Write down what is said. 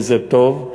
וזה טוב.